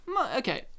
okay